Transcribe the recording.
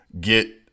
get